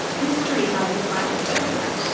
history has the final say on that.